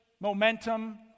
momentum